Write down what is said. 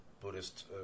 Buddhist